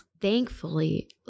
thankfully